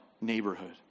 Neighborhood